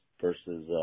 versus